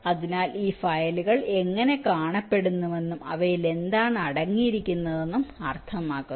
അതിനാൽ ഈ ഫയലുകൾ എങ്ങനെ കാണപ്പെടുന്നുവെന്നും അവയിൽ എന്താണ് അടങ്ങിയിരിക്കുന്നതെന്നും അർത്ഥമാക്കുന്നു